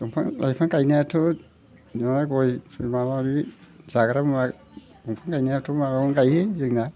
बिफां लाइफां गायनायाथ' माबा गयफोर माबा माबि जाग्रा मुवा दंफां गायनायाथ' माबायावनो गायो जोंना